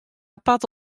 apart